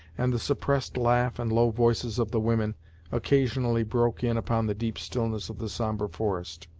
and the suppressed laugh and low voices of the women occasionally broke in upon the deep stillness of the sombre forest.